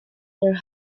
their